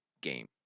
game